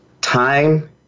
Time